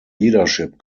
leadership